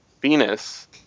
venus